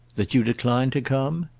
that you decline to come?